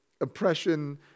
oppression